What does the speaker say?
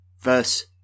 verse